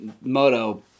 moto